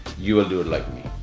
you will do it like me.